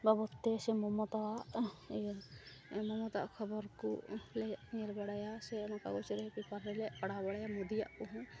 ᱵᱟᱵᱚᱫᱛᱮ ᱥᱮ ᱢᱚᱢᱚᱛᱟᱣᱟᱜ ᱤᱭᱟᱹ ᱢᱚᱢᱚᱛᱟᱣᱟᱜ ᱠᱷᱚᱵᱚᱨ ᱠᱚᱞᱮ ᱧᱮᱞ ᱵᱟᱲᱟᱭᱟ ᱥᱮ ᱚᱱᱟ ᱠᱟᱜᱚᱡᱽᱨᱮ ᱯᱮᱯᱟᱨ ᱨᱮᱞᱮ ᱯᱟᱲᱦᱟᱣᱼᱵᱟᱲᱟᱭᱟ ᱢᱳᱫᱤᱭᱟᱜ ᱠᱚᱦᱚᱸ